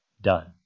done